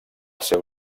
seu